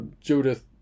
Judith